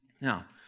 Now